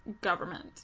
government